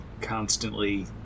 constantly